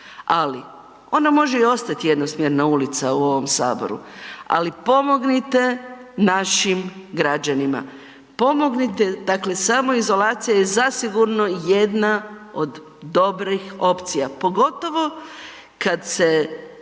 Ali, ona može i ostat jednosmjerna ulica u ovom saboru, ali pomognite našim građanima, pomognite, dakle samoizolacija je zasigurno jedna od dobrih opcija, pogotovo kad se